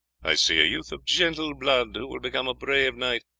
i see a youth of gentle blood who will become a brave knight,